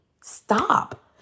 Stop